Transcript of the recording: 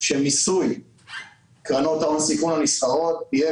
שמיסוי קרנות ההון הסיכון הנסחרות יהיה